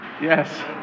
Yes